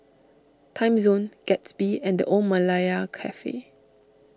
Timezone Gatsby and the Old Malaya Cafe